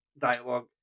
dialogue